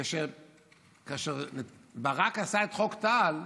כאשר ברק עשה את חוק טל,